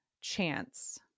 chance